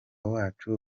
wacu